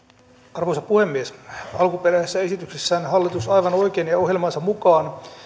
arvoisa puhemies alkuperäisessä esityksessään hallitus aivan oikein ja ohjelmansa mukaan